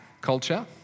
culture